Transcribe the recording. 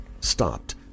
stopped